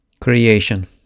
creation